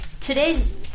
today's